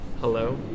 Hello